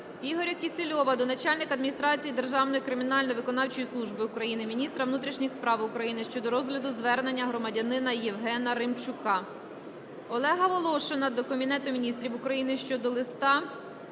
Ігоря Кісільова до начальника адміністрації Державної кримінально-виконавчої служби України, міністра внутрішніх справ України щодо розгляду звернення громадянина Євгена Римчука. Олега Волошина до Кабінету Міністрів України щодо листа